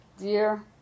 Dear